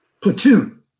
Platoon